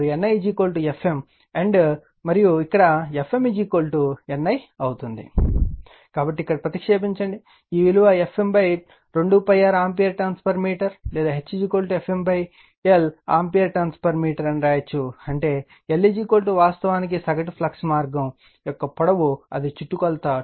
కాబట్టి ఇక్కడ ప్రతిక్షేపించండి ఈ విలువ Fm 2 π R ఆంపియర్ టర్న్స్మీటర్ లేదా H Fm l ampere turns meter అని వ్రాయవచ్చు అంటే l వాస్తవానికి సగటు ఫ్లక్స్ మార్గం యొక్క పొడవు అది చుట్టుకొలత 2 π R